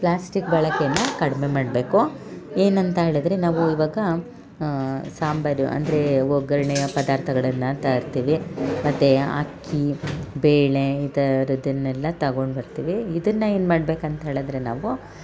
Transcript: plastic ಬಳಕೆಯನ್ನು ಕಡಿಮೆ ಮಾಡಬೇಕು ಏನಂತ ಹೇಳಿದ್ರೆ ನಾವು ಇವಾಗ ಸಾಂಬಾರು ಅಂದರೆ ಒಗ್ಗರಣೆಯ ಪದಾರ್ಥಗಳನ್ನು ತರ್ತೀವಿ ಮತ್ತು ಅಕ್ಕಿ ಬೇಳೆ ಈ ಥರದನ್ನೆಲ್ಲ ತಗೊಂಡು ಬರ್ತೀವಿ ಇದನ್ನು ಏನು ಮಾಡ್ಬೇಕಂತ ಹೇಳಿದರೆ ನಾವು